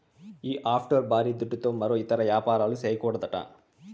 ఈ ఆఫ్షోర్ బారీ దుడ్డుతో మరో ఇతర యాపారాలు, చేయకూడదట